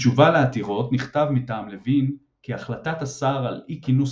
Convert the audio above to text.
בתשובה לעתירות נכתב מטעם לוין כי "החלטת השר על אי כינוס